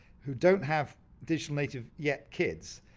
who don't have digital native yet kids,